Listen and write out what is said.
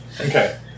Okay